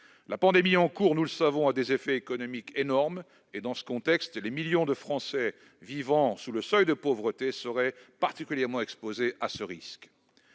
La pandémie en cours a des effets économiques énormes ; dans ce contexte, les millions de Français qui vivent sous le seuil de pauvreté seraient particulièrement exposés à ce risque.